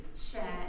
share